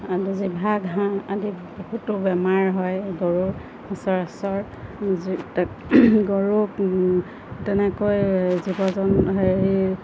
আদি জিভা ঘাঁহ আদি বহুতো বেমাৰ হয় গৰুৰ সচৰাচৰ গৰুক তেনেকৈ জীৱ জন হেৰি